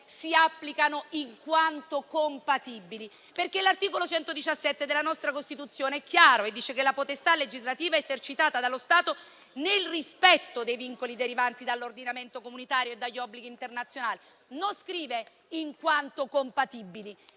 si applicano «in quanto compatibili», perché l'articolo 117 della nostra Costituzione è chiaro e dice che la potestà legislativa è esercitata dallo Stato, nel rispetto dei vincoli derivanti dall'ordinamento comunitario e dagli obblighi internazionali. Non scrive «in quanto compatibili»